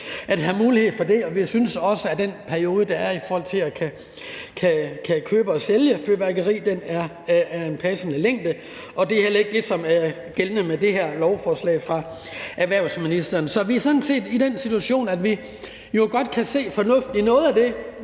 vi synes også, at den periode, der er i forhold til at kunne købe og sælge fyrværkeri, er af en passende længde, og det er heller ikke det, som er tilfældet med det her lovforslag fra erhvervsministeren. Så vi er sådan set i den situation, at vi jo godt kan se fornuften i noget af det,